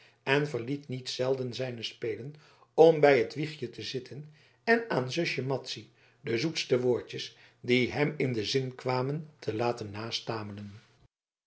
en verliet niet zelden zijne spelen om bij het wiegje te zitten en aan zusje madzy de zoetste woordjes die hem in den zin kwamen te laten